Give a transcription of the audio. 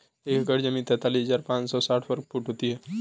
एक एकड़ जमीन तैंतालीस हजार पांच सौ साठ वर्ग फुट होती है